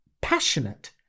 passionate